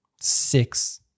six